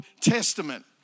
Testament